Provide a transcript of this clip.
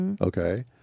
Okay